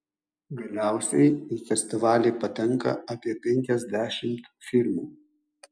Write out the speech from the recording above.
galiausiai į festivalį patenka apie penkiasdešimt filmų